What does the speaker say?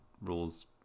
Rule's